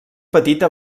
petita